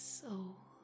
soul